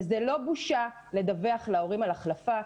וזה לא בושה לדווח להורים על החלפה.